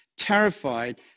terrified